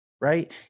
right